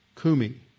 kumi